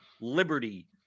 liberty